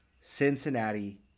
Cincinnati